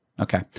Okay